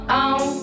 on